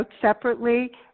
separately